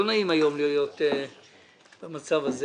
לא נעים להיות היום במצב הזה